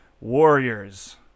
warriors